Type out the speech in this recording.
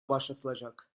başlatılacak